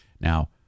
now